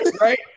Right